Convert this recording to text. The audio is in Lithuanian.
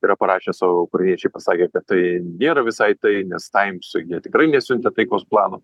yra parašę savo ukrainiečiai pasakė kad tai nėra visai tai nes taimsui jie tikrai nesiuntė taikos plano